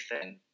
thin